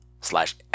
slash